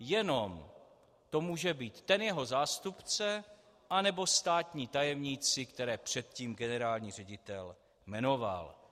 jenom to může být ten jeho zástupce anebo státní tajemníci, které předtím generální ředitel jmenoval.